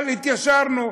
אבל התיישרנו.